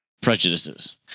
prejudices